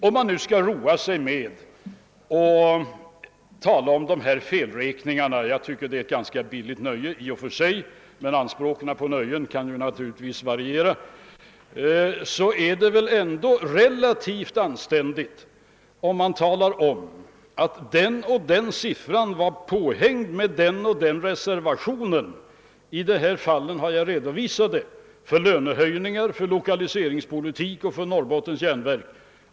Om man nu skall roa sig med att tala om felräkningarna — jag tycker i och för sig att det är ett ganska billigt nöje, men anspråken: på nöjen kan naturligtvis variera — är det väl ändå relativt anständigt att tala om att den och den siffran var påhängd med den och den reservationen. I detta fall har jag gjort reservationer för lönehöjningar, lokaliseringspolitik och Norrbottens järnverk.